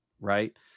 right